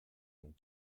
and